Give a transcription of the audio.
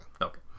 Okay